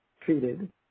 treated